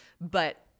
but-